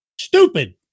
stupid